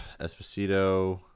Esposito